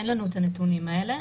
אין לנו את הנתונים האלה.